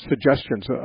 suggestions